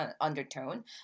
undertone